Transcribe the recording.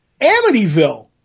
Amityville